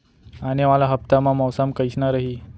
आने वाला हफ्ता मा मौसम कइसना रही?